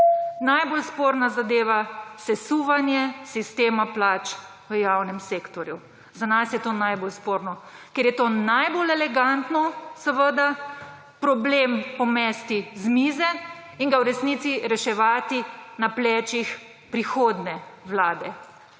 Najbolj sporna zadeva, sesuvanje sistema plač v javnem sektorju, za nas je to najbolj sporno, ker je to najbolj elegantno seveda problem pomesti z mize in ga v resnici reševati na plečih prihodnje vlade.